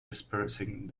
dispersing